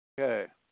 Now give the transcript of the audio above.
Okay